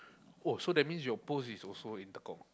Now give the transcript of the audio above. oh so you means your post is also in Tekong